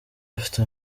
afite